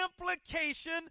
implication